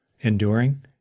enduring